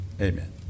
amen